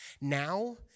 Now